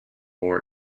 more